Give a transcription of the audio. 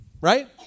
right